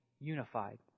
unified